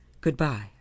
Goodbye